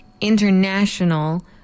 international